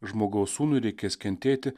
žmogaus sūnui reikės kentėti